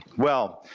well,